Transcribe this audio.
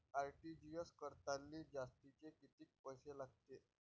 RTGS करतांनी जास्तचे कितीक पैसे लागते?